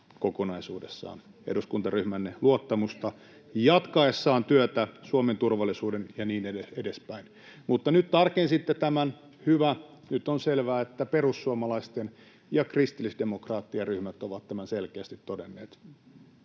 kokonaisuudessaan eduskuntaryhmänne luottamusta jatkaessaan työtä Suomen turvallisuuden puolesta ja niin edespäin, mutta nyt tarkensitte tämän — hyvä, nyt on selvää, että perussuomalaisten ja kristillisdemokraattien ryhmät ovat tämän selkeästi todenneet,